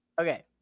Okay